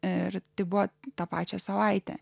ir tai buvo tą pačią savaitę